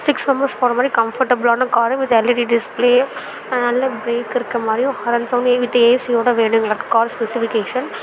six members போகற மாதிரி கம்ஃபர்டபுளான காரு வித் எல்ஈடி டிஸ்ப்ளே நல்ல ப்ரேக் இருக்க மாதிரியும் ஹாரன் சௌண்ட் வித் ஏசியோட வேணும் எங்களுக்கு கார்ஸ் ஸ்பெசிஃபிகேஷன்